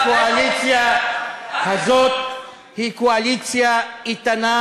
הקואליציה הזאת היא קואליציה איתנה,